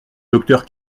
docteur